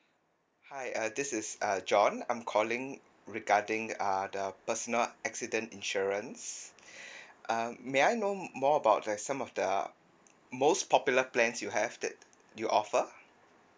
hi uh this is uh john I'm calling regarding uh the personal accident insurance uh may I know more about like some of the most popular plans you have that you offer